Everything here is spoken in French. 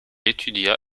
étudia